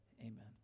amen